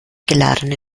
geladene